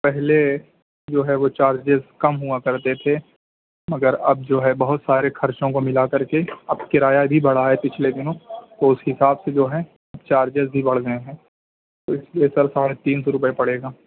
پہلے جو ہے وہ چارجز کم ہوا کرتے تھے مگر اب جو ہے بہت سارے خرچوں کو ملا کر کے اب کرایہ بھی بڑھا ہے پچھلے دنوں تو اس حساب سے جو ہیں چارجز بھی بڑھ گئے ہیں تو اس لیے سر ساڑھے تین سو روپئے پڑے گا